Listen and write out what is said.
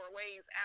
ways